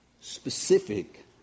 specific